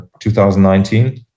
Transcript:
2019